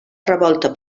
revolta